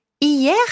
Hier